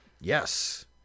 Yes